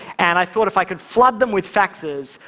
and i thought if i could flood them with faxes,